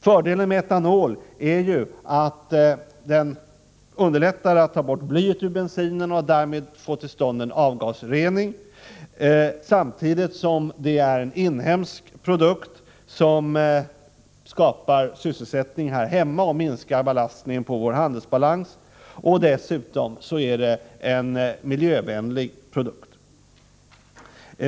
Fördelen med etanol är att den underlättar borttagande av blyet ur bensinen, så att man därmed får till stånd en avgasrening, samtidigt som det är en inhemsk produkt som skapar sysselsättning här hemma och minskar belastningen på vår handelbalans. Dessutom är det en miljövänlig produkt.